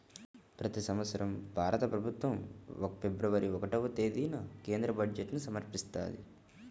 ప్రతి సంవత్సరం భారత ప్రభుత్వం ఫిబ్రవరి ఒకటవ తేదీన కేంద్ర బడ్జెట్ను సమర్పిస్తది